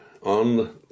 on